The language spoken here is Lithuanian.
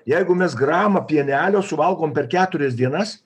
jeigu mes gramą pienelio suvalgom per keturias dienas